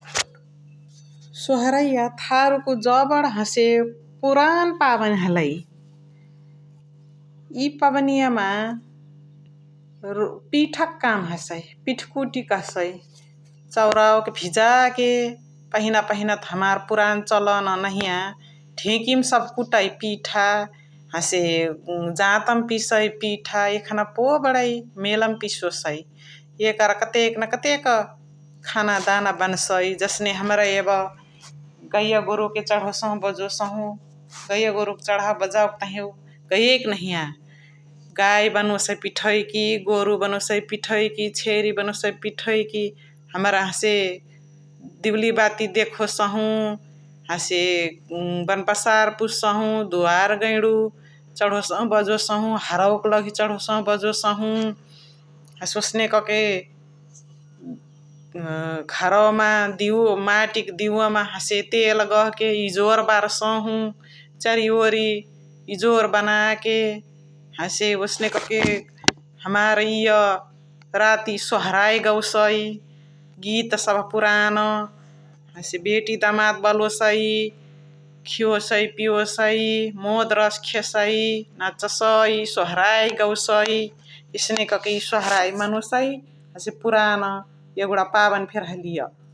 सोहरैया थारु क जबड हसे पुरान पाबनी हलई । इय पाबनिया मा पिठक काम हसई पिठ्कुटी कहसई । चौरावाके भिजा भिजाके पहिना पहिना त हमार पुरान चलन नहिया ढिकिम सभ कुटै पिठा हसे जातमा पिसै पिठा यखाने पो बणै मेल मा पिसोसइ । एकर कतेक न कतेक खाना दाना बन्सइ जसने हमरा यब गैया गोरुके चडोसहु बजोसहु, गैया गोरुके चढाउ बजाउ के तहिया, गैयकी नहिया गै बनोसइ पिठवै कि, गोरु बनोसइ पिठवै कि, चेरी बनोसइ पिठवै कि हमरा हसे दिउली बाती देखोसहु, हसे बन्पसर पुछ्सहु, दुवार गैडु चडोसहु बजोसहु, हारौ क लघी चडोसहु बजोसहु हसे ओसने क के घरौवा मा दिउ मटी क दुइमा तेल गह के इजोर बार्सहु चरि ओरि इजोर बना के हसे ओसने कह के हमार इय राती सोहरइ गौसइ गीत सभ पुरान हसे बेती दमाद बलोसई खियोसई पियोसई मोद रस खेसई नचसई सोहराइ गौसई । एसने कह के सोहराइ मनोसई हसे पुरान यगुडा पबनी फेर्क हलिया ।